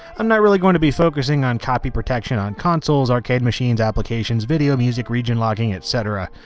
i'm not really going to be focusing on copy protection on consoles, arcade machines, applications, video, music, region locking etcetera.